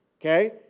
okay